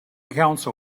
counsel